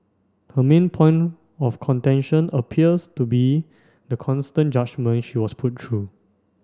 her main point of contention appears to be the constant judgement she was put through